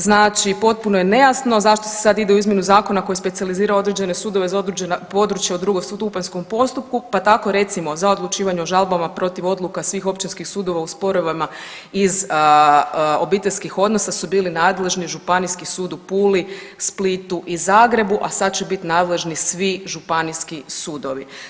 Znači potpuno je nejasno zašto se sad ide u izmjenu zakona koji specijalizira određene sudove za određena područja u drugostupanjskom postupku, pa tako recimo za odlučivanje o žalbama protiv odluka svih općinskih sudova u sporovima iz obiteljskih odnosa su bili nadležni Županijski sud u Puli, Splitu i Zagrebu, a sad će bit nadležni svi županijski sudovi.